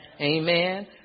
Amen